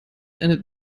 endet